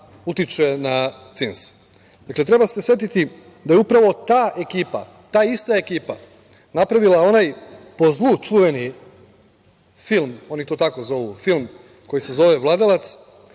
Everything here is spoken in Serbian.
utiče na CINS. Treba se setiti da je upravo ta ekipa, ta ista ekipa napravila onaj po zlu čuveni film, oni to tako zovu, film koji se zove „Vladalac“,